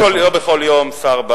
לא בכל יום שר בא